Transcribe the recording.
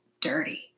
dirty